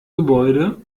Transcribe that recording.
gebäude